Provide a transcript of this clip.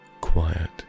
quiet